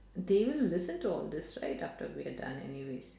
they will listen to all this right after we are done anyways